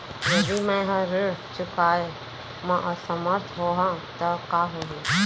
यदि मैं ह ऋण चुकोय म असमर्थ होहा त का होही?